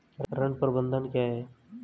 ऋण प्रबंधन क्या है?